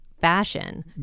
fashion